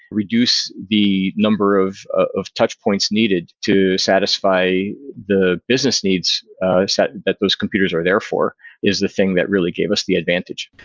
reduce the number of of touch points needed to satisfy the business needs that those computers are there for is the thing that really gave us the advantage.